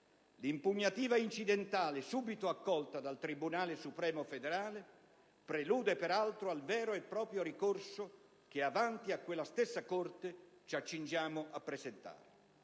L'impugnazione incidentale, subito accolta dal Tribunale supremo federale, prelude peraltro al vero e proprio ricorso che avanti a quella stessa Corte ci accingiamo a presentare.